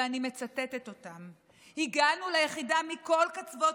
ואני מצטטת אותם: "הגענו ליחידה מכל קצוות